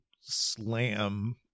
slam